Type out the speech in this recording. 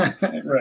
Right